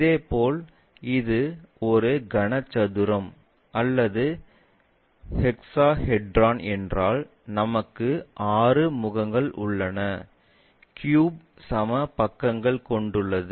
இதேபோல் இது ஒரு கன சதுரம் அல்லது ஹெக்ஸாஹெட்ரான் என்றால் நமக்கு ஆறு முகங்கள் உள்ளன க்யூப் சம பக்கங்கள் கொண்டுள்ளது